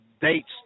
dates